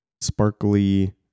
sparkly